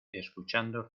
escuchando